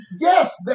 Yes